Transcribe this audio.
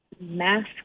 mask